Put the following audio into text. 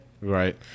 Right